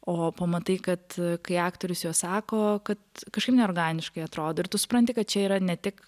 o pamatai kad kai aktorius juos sako kad kažkaip neorganiškai atrodo ir tu supranti kad čia yra ne tik